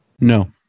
No